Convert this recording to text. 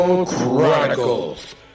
Chronicles